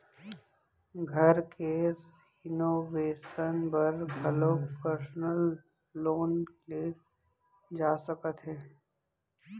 घर के रिनोवेसन बर घलोक परसनल लोन ले जा सकत हे